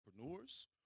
entrepreneurs